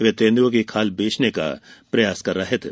वे तेंदूए की खाल बेचने का प्रयास कर रहे थे